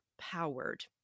powered